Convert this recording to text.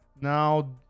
Now